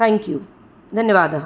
thank you धन्यवादः